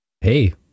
Hey